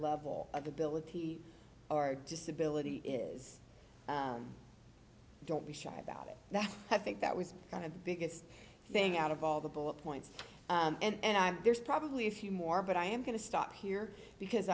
level of ability or disability is don't be shy about it that i think that was kind of the biggest thing out of all the bullet points and i'm there's probably a few more but i am going to stop here because